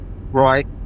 Right